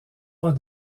pas